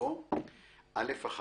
יבוא "(א1)